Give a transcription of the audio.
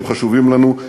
שהם חשובים לנו,